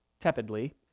tepidly